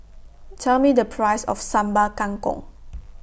Tell Me The Price of Sambal Kangkong